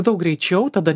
daug greičiau tada